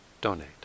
donate